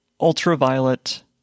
ultraviolet